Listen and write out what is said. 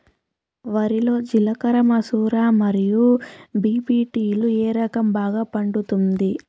వరి లో జిలకర మసూర మరియు బీ.పీ.టీ లు ఏ రకం బాగా పండుతుంది